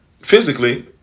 physically